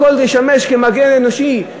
הכול כדי לשמש מגן אנושי,